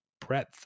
breadth